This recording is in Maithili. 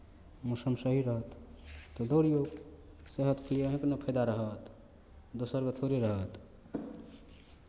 मौसम सही रहत तऽ दौड़िऔ सेहतके लिए अहाँकेँ नहि फाइदा रहत दोसरकेँ थोड़े रहत